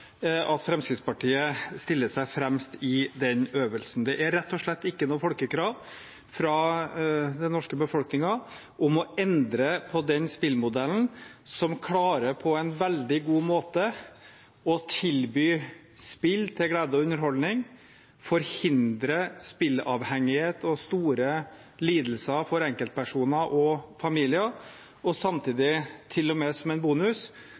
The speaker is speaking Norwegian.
at Fremskrittspartiet stiller seg fremst i den øvelsen. Det er rett og slett ikke noe krav fra den norske befolkningen om å endre på den spillmodellen som på en veldig god måte klarer å tilby spill til glede og underholdning, forhindre spilleavhengighet og store lidelser for enkeltpersoner og familier og samtidig – som en bonus